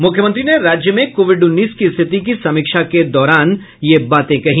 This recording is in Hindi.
मुख्यमंत्री ने राज्य में कोविड उन्नीस की स्थिति की समीक्षा के दौरान ये बात कही